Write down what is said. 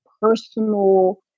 personal